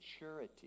maturity